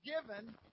given